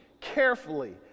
carefully